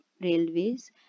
Railways